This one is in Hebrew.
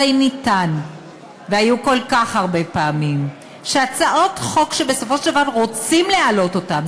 הרי היו כל כך הרבה פעמים שהצעות חוק שבסופו של דבר רוצים להעלות אותן,